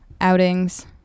outings